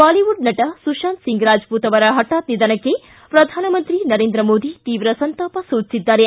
Bollywood ನಟ ಸುಶಾಂತ್ ಸಿಂಗ್ ರಾಜಪೂತ್ ಅವರ ಹಠಾತ್ ನಿಧನಕ್ಕೆ ಪ್ರಧಾನಮಂತ್ರಿ ನರೇಂದ್ರ ಮೋದಿ ತೀವ್ರ ಸಂತಾಪ ಸೂಚಿಸಿದ್ದಾರೆ